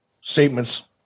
statements